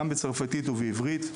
גם בצרפתית ובעברית,